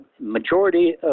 majority